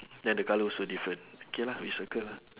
then the colour also different K lah we circle lah